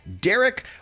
Derek